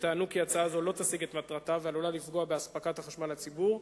שטענו כי הצעה זו לא תשיג את מטרתה ועלולה לפגוע בהספקת החשמל לציבור,